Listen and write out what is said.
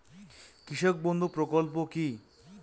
কৃষক বন্ধু প্রকল্প কি?